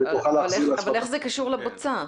איך זה קשור לבוצה?